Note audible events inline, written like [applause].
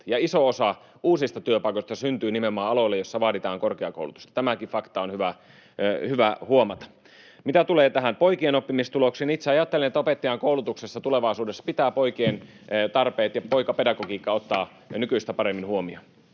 iso osa uusista työpaikoista syntyy nimenomaan aloille, joilla vaaditaan korkeakoulutusta. Tämäkin fakta on hyvä huomata. Mitä tulee poikien oppimistuloksiin, niin itse ajattelen, [noise] että opettajankoulutuksessa tulevaisuudessa pitää poikien tarpeet ja poikapedagogiikka ottaa nykyistä paremmin huomioon.